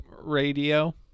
Radio